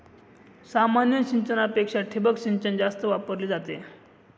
सामान्य सिंचनापेक्षा ठिबक सिंचन जास्त वापरली जाते